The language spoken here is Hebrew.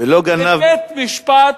זה בית-משפט,